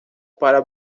para